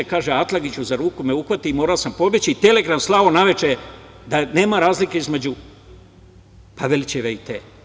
Kaže - Atlagiću za ruku me uhvati i morao sam pobeći i telegraf slao naveče da nema razlike između Pavelićeve i te.